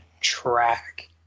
track